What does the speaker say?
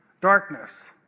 darkness